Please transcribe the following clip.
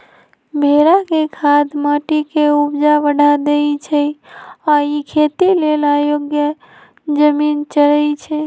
भेड़ा के खाद माटी के ऊपजा बढ़ा देइ छइ आ इ खेती लेल अयोग्य जमिन चरइछइ